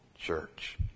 Church